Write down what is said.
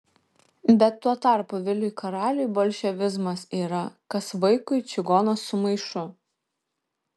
bet tuo tarpu viliui karaliui bolševizmas yra kas vaikui čigonas su maišu